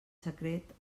secret